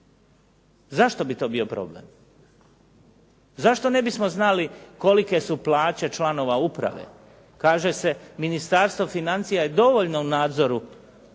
Zašto bi to bio problem? Zašto ne bismo znali kolike su plaće članova uprave? Kaže se Ministarstvo financija je dovoljno u nadzoru